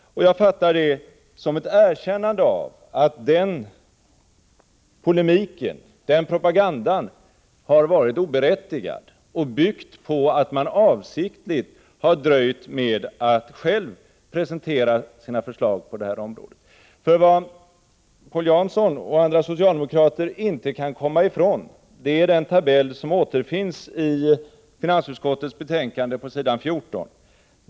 Jag uppfattar detta såsom ett erkännande av att den polemiken och propagandan har varit oberättigad och byggd på att regeringen avsiktligt har dröjt med att själv presentera sina förslag på detta område. Vad Paul Jansson och andra socialdemokrater inte kan komma ifrån är den tabell som återfinns i finansutskottets betänkande 29 på s. 14.